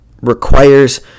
requires